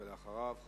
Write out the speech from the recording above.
ואחריו,